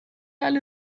alle